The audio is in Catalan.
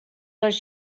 les